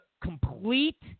complete